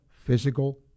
physical